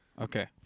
Okay